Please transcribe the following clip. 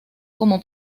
como